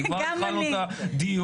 כי כבר התחלנו את הדיון.